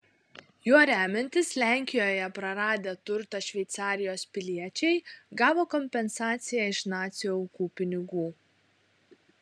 juo remiantis lenkijoje praradę turtą šveicarijos piliečiai gavo kompensaciją iš nacių aukų pinigų